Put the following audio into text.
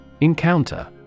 Encounter